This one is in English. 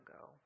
go